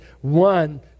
One